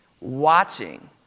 Watching